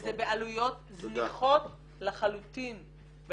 וזה בעלויות זניחות לחלוטין.